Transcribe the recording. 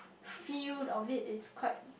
feel of it it's quite